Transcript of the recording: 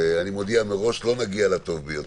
אני מודיע מראש, לא נגיע לטוב ביותר,